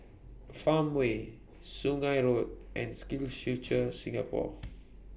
Farmway Sungei Road and SkillsFuture Singapore